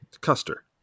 Custer